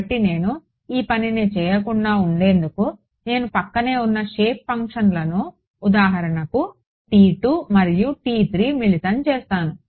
కాబట్టి నేను ఈ పనిని చేయకుండా ఉండేందుకు నేను పక్కనే ఉన్న షేప్ ఫంక్షన్లను ఉదాహరణకు మరియు మిళితం చేసాను